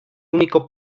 único